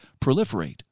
proliferate